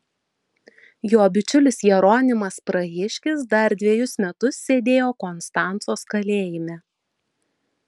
jo bičiulis jeronimas prahiškis dar dvejus metus sėdėjo konstancos kalėjime